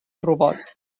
robot